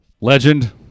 Legend